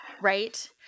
right